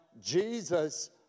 Jesus